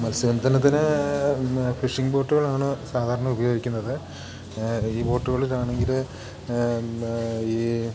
മത്സ്യബന്ധനത്തിന് ഫിഷിംഗ് ബോട്ടുകളാണ് സാധാരണ ഉപയോഗിക്കുന്നത് ഈ ബോട്ടുകളിലാണെങ്കിൽ ഈ